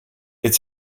its